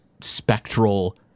spectral